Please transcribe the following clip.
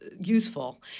useful